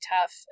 tough